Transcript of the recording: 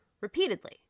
repeatedly